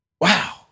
Wow